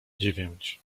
dziewięć